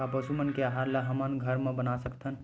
का पशु मन के आहार ला हमन घर मा बना सकथन?